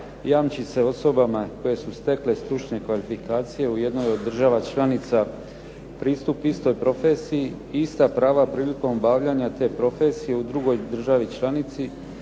jamči se osobama koje su stekle stručne kvalifikacije u jednoj od država članica pristup istoj profesiji, ista prava prilikom obavljanja te profesije u drugoj državi članici,